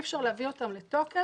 אי אפשר להביא אותן לתוקף,